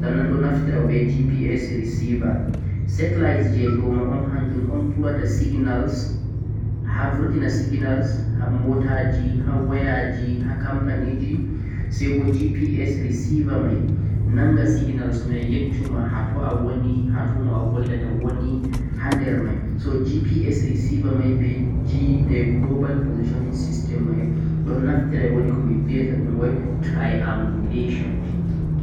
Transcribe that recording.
sanan o naftira be GPS receiver setillite jee dooma o'n turata signal haa burtina signal haaa motaje haa wayaje haa kampanije sai mo GPS receiver mei nangha signalyaccu ma haa toh awooni a toh mo buldata wooni hander mei so GPS receiver mei jee global positioning system mei don naftire woodi ko vieyata dhum triangulation